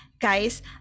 guys